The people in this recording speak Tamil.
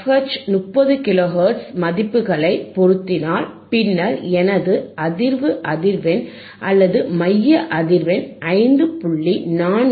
எச் 30 கிலோ ஹெர்ட்ஸ் மதிப்புகளை பொருத்தினால் பின்னர் எனது அதிர்வு அதிர்வெண் அல்லது மைய அதிர்வெண் 5